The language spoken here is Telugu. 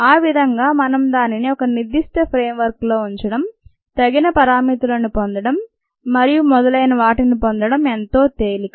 ఆ విధంగా మనం దానిని ఒక నిర్ధిష్ట ఫ్రేమ్ వర్క్ లో ఉంచడం తగిన పరామితులను పొందడం మరియు మొదలైన వాటిని పొందడం ఎంతో తేలిక